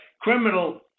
criminal